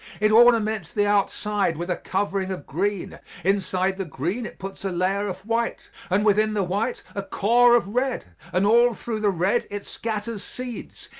it ornaments the outside with a covering of green inside the green it puts a layer of white, and within the white a core of red, and all through the red it scatters seeds,